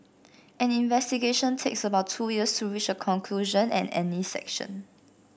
any investigation takes about two years to reach a conclusion and any sanction